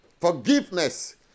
Forgiveness